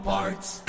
Parts